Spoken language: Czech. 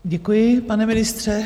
Děkuji, pane ministře.